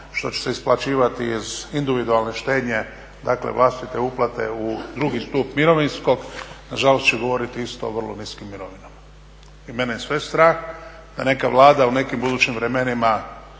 što će se isplaćivati iz individualne štednje, dakle vlastite uplate u drugi stup mirovinskog nažalost će govoriti isto o vrlo niskim mirovinama i mene je sve strah da neka Vlada u nekim budućim vremenima